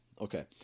Okay